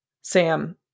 Sam